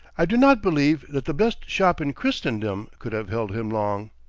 i do not believe that the best shop in christendom could have held him long.